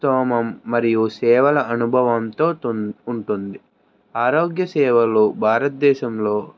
స్తోమం మరియు సేవల అనుభవంతో తున్ ఉంటుంది ఆరోగ్య సేవలో భారతదేశంలో